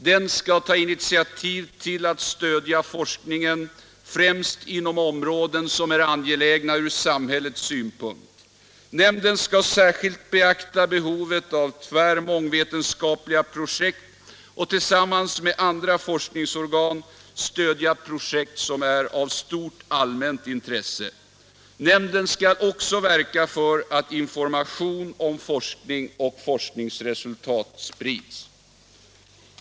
Den skall ta initiativ till och stödja forskningen främst inom områden som är angelägna från samhällets synpunkt. Nämnden skall särskilt beakta behovet av tvär-mångvetenskapliga projekt och tillsammans med andra forskningsorgan stödja projekt som är av stort allmänt intresse. Nämnden skall också verka för att information om forskning och forskningsresultat sprids.